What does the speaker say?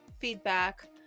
feedback